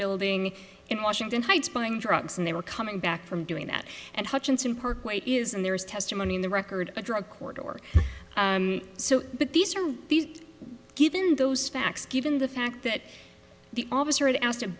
building in washington heights buying drugs and they were coming back from doing that and hutchinson parkway is and there is testimony in the record a drug court or so but these are these given those facts given the fact that the officer asked a